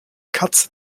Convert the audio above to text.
katze